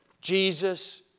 Jesus